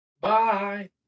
Bye